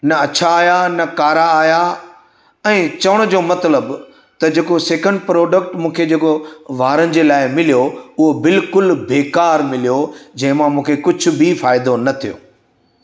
न अछा आहियां न कारा आहियां ऐं चवण जो मतिलबु त जेको सिकन प्रोडक्ट मूंखे जेको वारनि जे लाइ मिलियो उहो बिल्कुलु बेकारि मिलियो जंहिं मां मूंखे कुझु बि फ़ाइदो न थियो